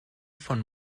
von